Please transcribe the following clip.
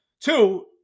Two